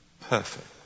Perfect